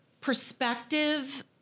perspective